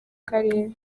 karere